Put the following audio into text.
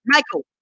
Michael